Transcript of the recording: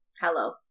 hello